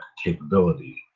capability.